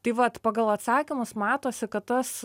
tai vat pagal atsakymus matosi kad tas